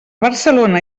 barcelona